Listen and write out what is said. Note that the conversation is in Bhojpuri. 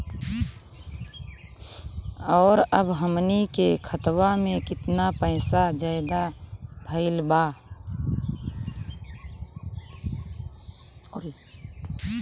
और अब हमनी के खतावा में कितना पैसा ज्यादा भईल बा?